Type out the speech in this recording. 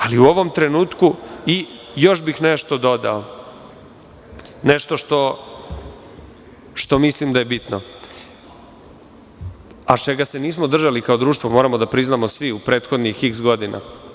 Ali u ovom trenutku još nešto bih dodao, nešto što mislim da je bitno, a čega se nismo držali kao društvo, moramo da priznamo svi, u prethodnih iks godina.